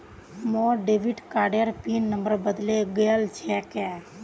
मोर डेबिट कार्डेर PIN number बदले गेल छेक